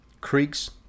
creeks